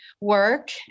work